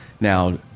now